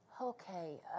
Okay